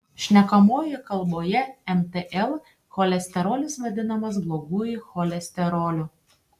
šnekamojoje kalboje mtl cholesterolis vadinamas bloguoju cholesteroliu